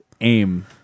aim